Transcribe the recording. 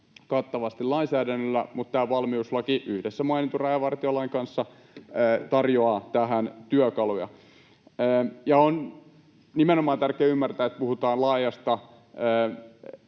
kattavasti lainsäädännöllä, mutta tämä valmiuslaki yhdessä mainitun rajavartiolain kanssa tarjoaa tähän työkaluja. On nimenomaan tärkeä ymmärtää, että puhutaan laajasta